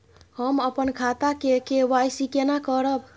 हम अपन खाता के के.वाई.सी केना करब?